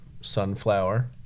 sunflower